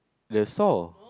the saw